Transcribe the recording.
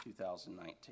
2019